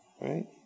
right